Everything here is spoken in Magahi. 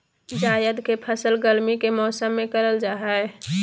जायद के फसल गर्मी के मौसम में करल जा हइ